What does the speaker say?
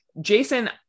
Jason